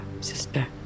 sister